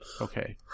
Okay